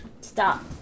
Stop